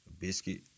Biscuit